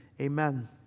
amen